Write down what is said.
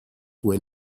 would